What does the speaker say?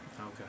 okay